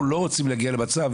אנחנו לא רוצים להגיע למצב,